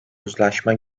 uzlaşma